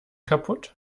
kaputt